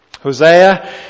Hosea